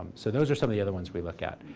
so those are some of the other ones we looked at.